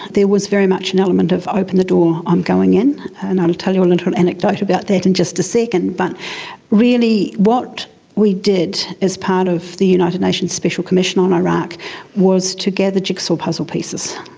there was very much an element of open the door, i'm going in', and i'll tell you a little anecdote about that in just a second. but really what we did as part of the united nations special commission on iraq was to gather jigsaw puzzle pieces.